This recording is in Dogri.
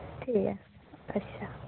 ठीक ऐ अच्छा